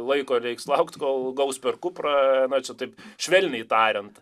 laiko reiks laukti kol gaus per kuprą na čia taip švelniai tariant